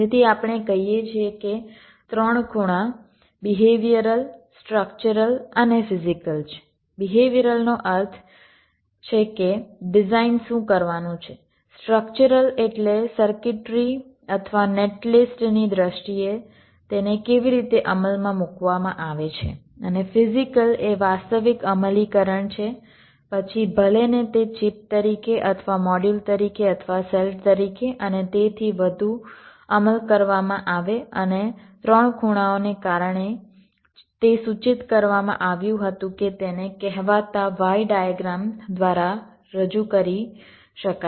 તેથી આપણે કહીએ છીએ કે 3 ખૂણા બિહેવિયરલ સ્ટ્રક્ચરલ અને ફિઝીકલ છે બિહેવિયરલનો અર્થ છે કે ડિઝાઇન શું કરવાનું છે સ્ટ્રક્ચરલ એટલે સર્કિટ્રી અથવા નેટ લિસ્ટ ની દ્રષ્ટિએ તેને કેવી રીતે અમલમાં મૂકવામાં આવે છે અને ફિઝીકલ એ વાસ્તવિક અમલીકરણ છે પછી ભલેને તે ચિપ તરીકે અથવા મોડ્યુલ તરીકે અથવા સેલ તરીકે અને તેથી વધુ અમલ કરવામાં આવે અને 3 ખૂણાઓને કારણે તે સૂચિત કરવામાં આવ્યું હતું કે તેને કહેવાતા Y ડાયગ્રામ દ્વારા રજૂ કરી શકાય છે